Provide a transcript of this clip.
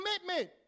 commitment